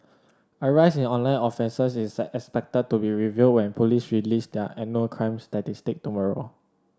a rise in online offences is expected to be revealed when police release their annual crime statistic tomorrow